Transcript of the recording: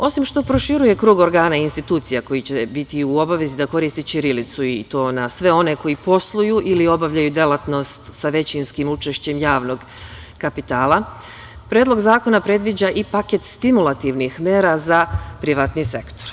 Osim što proširuje krug organa i institucija koji će biti u obavezi da koristi ćirilicu i to na sve one koji posluju ili obavljaju delatnost sa većinskim učešćem javnog kapitala, Predlog zakona predviđa i paket stimulativnih mera za privatni sektor.